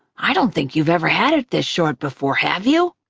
i don't think you've ever had it this short before, have you?